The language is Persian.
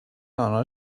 آنها